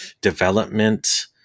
development